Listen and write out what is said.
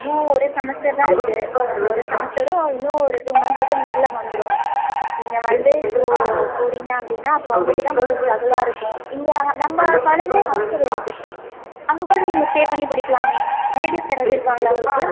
இன்னும் ஒரு செமஸ்ட்டர் தான் இருக்குது அந்த ஒரு செமஸ்ட்டரும் இன்னும் ஒரு டூ மந்த்கு கிட்டே இந்த இயரில் வந்துடும் நீங்கள் வந்து இப்போது போகறீங்க அப்படினா அப்புறம் உங்களுக்கு தான் கொஞ்சம் ஸ்ட்ரகுல்லா இருக்கும் இங்கே நம்ம காலேஜில் ஹாஸ்ட்டல் இருக்குது அங்கே கூட நீங்கள் ஸ்டே பண்ணி படிக்கலாமே ரிலேட்டிவ்ஸ் யாராவது இருக்காங்களா உங்களுக்கு